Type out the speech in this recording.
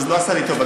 לא עשה לי טוב,